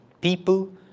people